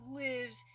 lives